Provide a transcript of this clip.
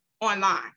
online